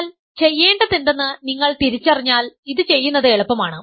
എന്നാൽ ചെയ്യേണ്ടണ്തെന്തെന്ന് നിങ്ങൾ തിരിച്ചറിഞ്ഞാൽ ഇത് ചെയ്യുന്നത് എളുപ്പമാണ്